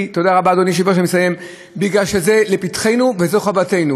אדוני סגן השר המתמיד,